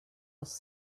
was